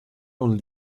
only